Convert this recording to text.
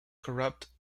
corrupt